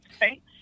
right